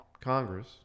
Congress